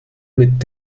mit